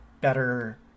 better